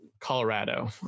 Colorado